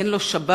אין לו שבת,